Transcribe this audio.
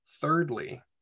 thirdly